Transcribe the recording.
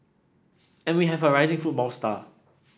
and we have a rising football star